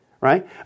right